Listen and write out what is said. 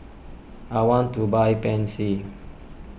I want to buy Pansy